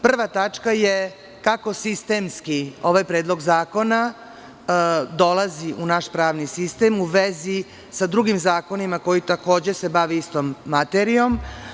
Prva tačka je kako sistemski ovaj predlog zakona dolazi u naš pravni sistem u vezi sa drugim zakonima koji se, takođe, bave istom materijom.